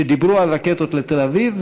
שדיברו על רקטות על תל-אביב,